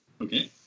Okay